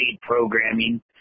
programming